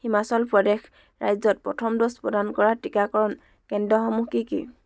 হিমাচল প্ৰদেশ ৰাজ্যত প্ৰথম ড'জ প্ৰদান কৰা টিকাকৰণ কেন্দ্ৰসমূহ কি কি